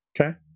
Okay